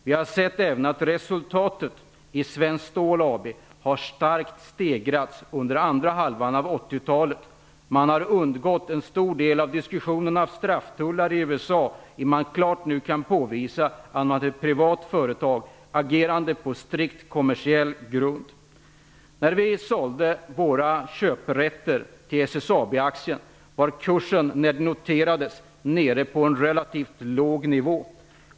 Vi har även sett att resultatet i Svenskt Stål AB har starkt stegrats under andra halvan av 80-talet. Man har undgått en stor del av diskussionen om strafftullar i USA, i och med att man nu klart kan påvisa att det är ett privat företag, som agerar på strikt kommersiell grund. När vi sålde våra köprätter till SSAB-aktien var kursen nere på en relativt låg nivå.